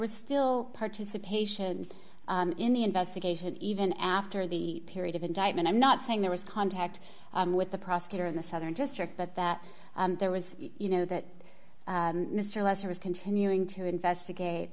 was still participation in the investigation even after the period of indictment i'm not saying there was contact with the prosecutor in the southern district but that there was you know that mr lester was continuing to investigate